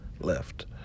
left